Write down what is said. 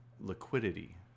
liquidity